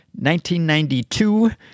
1992